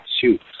shoot